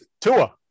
Tua